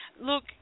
look